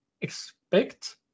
expect